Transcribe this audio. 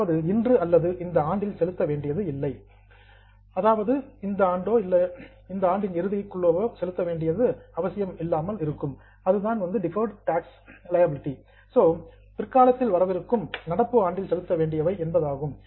அதாவது இன்று அல்லது இந்த ஆண்டில் செலுத்த வேண்டியதில்லை பிற்காலத்தில் வரவிருக்கும் நடப்பு ஆண்டில் செலுத்த வேண்டியவை என்பதாகும்